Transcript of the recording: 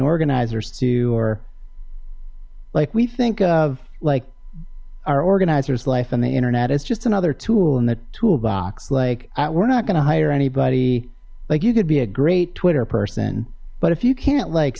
organizers to or like we think of like our organizers life on the internet is just another tool in the toolbox like we're not going to hire anybody like you could be a great twitter person but if you can't like